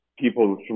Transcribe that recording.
people